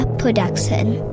production